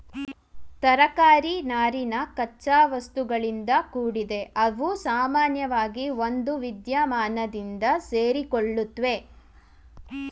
ತರಕಾರಿ ನಾರಿನ ಕಚ್ಚಾವಸ್ತುಗಳಿಂದ ಕೂಡಿದೆ ಅವುಸಾಮಾನ್ಯವಾಗಿ ಒಂದುವಿದ್ಯಮಾನದಿಂದ ಸೇರಿಕೊಳ್ಳುತ್ವೆ